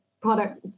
product